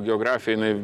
geografija jinai